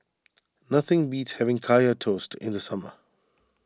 nothing beats having Kaya Toast in the summer